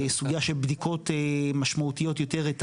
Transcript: בסוגיה של בדיקות משמעותיות יותר את